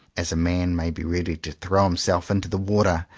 as a man may be ready to throw him self into the water.